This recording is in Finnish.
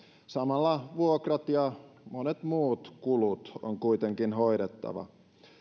samalla vuokrat ja monet muut kulut on kuitenkin hoidettava